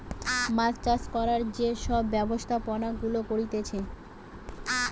মাছ চাষ করার যে সব ব্যবস্থাপনা গুলা করতিছে